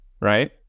right